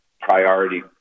priority